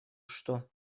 что